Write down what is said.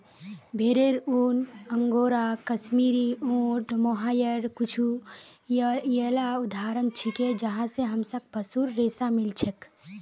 भेरेर ऊन, अंगोरा, कश्मीरी, ऊँट, मोहायर कुछू येला उदाहरण छिके जहाँ स हमसाक पशुर रेशा मिल छेक